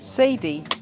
Sadie